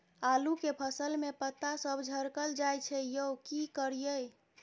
आलू के फसल में पता सब झरकल जाय छै यो की करियैई?